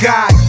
God